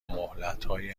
مهلتهای